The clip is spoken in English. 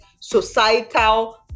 societal